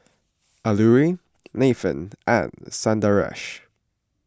Alluri Nathan and Sundaresh